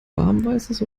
warmweißes